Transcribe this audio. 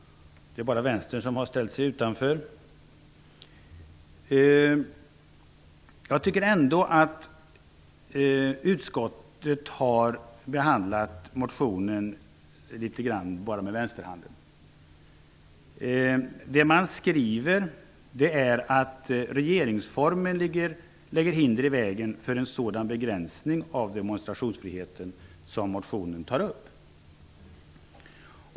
Endast Vänstern har ställt sig vid sidan av. Ändå tycker jag att utskottet har skött behandlingen av min motion med vänsterhanden. Utskottet skriver att regeringsformen lägger hinder i vägen för en sådan begränsning av demonstrationsfriheten som motionen tar upp.